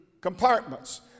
compartments